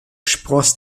spross